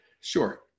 sure